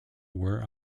were